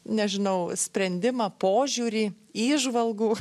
nežinau sprendimą požiūrį įžvalgų